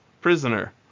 prisoner